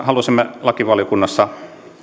halusimme lakivaliokunnassa